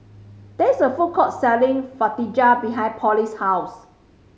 there is a food court selling Fajitas behind Polly's house